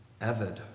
Evid